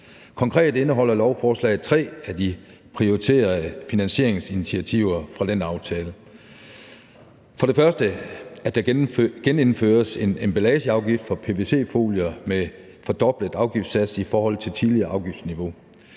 Konkret indeholder lovforslaget tre af de prioriterede finansieringsinitiativer fra den aftale. For det første genindføres en emballageafgift på pvc-folier med fordoblet afgiftssats i forhold til tidligere afgiftsniveau.